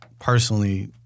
personally